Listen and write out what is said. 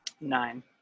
Nine